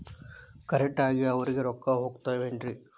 Correct ಆಗಿ ಅವರಿಗೆ ರೊಕ್ಕ ಹೋಗ್ತಾವೇನ್ರಿ?